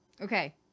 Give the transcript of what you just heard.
Okay